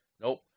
Nope